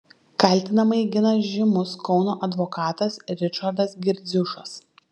kaltinamąjį gina žymus kauno advokatas ričardas girdziušas